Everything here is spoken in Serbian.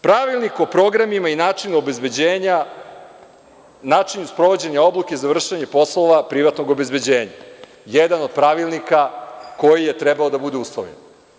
Pravilnik o programima i načinu sprovođenja obuke za vršenje poslova privatnog obezbeđenja, jedan od pravilnika koji je trebao da bude usvojen.